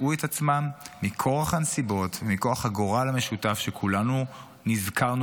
מכורח הנסיבות ומכורח הגורל המשותף שכולנו נזכרנו